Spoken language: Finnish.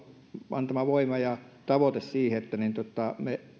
antama voima ja se tavoite että me